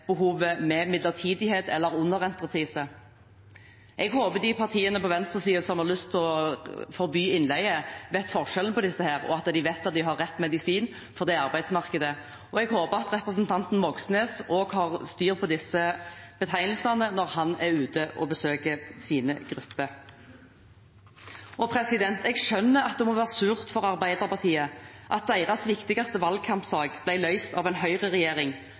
med midlertidighet eller underentreprise. Jeg håper de partiene på venstresiden som har lyst til å forby innleie, vet forskjellen på disse her, og at de vet at de har rett medisin for det arbeidsmarkedet. Jeg håper at representanten Moxnes også har styr på disse betegnelsene når han er ute og besøker sine grupper. Jeg skjønner at det må være surt for Arbeiderpartiet at deres viktigste valgkampsak ble løst av en høyreregjering,